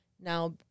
Now